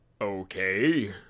okay